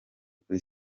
kuri